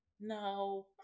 No